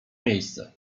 miejsce